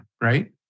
right